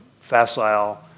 facile